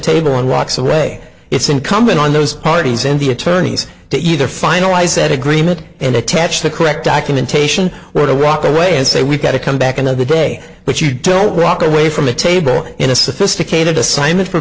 table and walks away it's incumbent on those parties and the attorneys to either finalize that agreement and attach the correct documentation were to walk away and say we've got to come back another day but you don't walk away from the table in a sophisticated assignment for